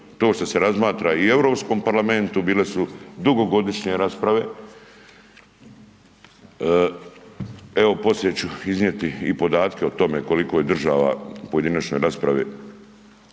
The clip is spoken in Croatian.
to što se razmatra i u Europskom parlamentu, bile su dugogodišnje rasprave. Evo poslije ću iznijeti i podatke o tome koliko je država, u pojedinačnoj raspravi,